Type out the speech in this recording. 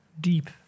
deep